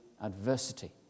adversity